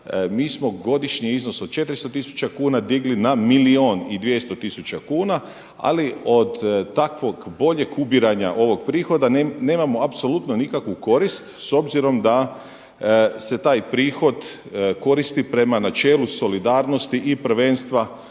mi smo godišnji iznos od 400 tisuća kuna digli na milijun i 200 tisuća kuna, ali od takvog boljeg ubiranja ovog prihoda nemamo apsolutno nikakvu korist s obzirom da se taj prihod koristi prema načelu solidarnosti i prvenstva